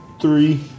three